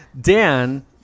Dan